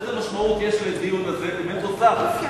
איזו משמעות יש לדיון הזה אם אין פה שר?